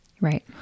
Right